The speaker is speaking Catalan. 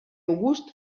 august